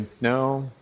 No